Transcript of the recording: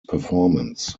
performance